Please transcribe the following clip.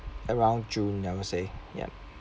around june ya let's say ya